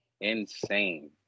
Insane